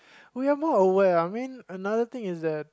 we are more aware I mean another thing is that